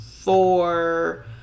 four